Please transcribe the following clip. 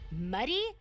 Muddy